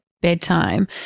bedtime